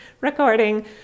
recording